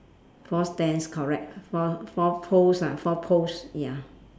four stands correct four four poles ah four poles ya